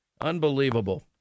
Unbelievable